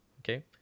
Okay